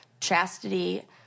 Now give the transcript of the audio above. chastity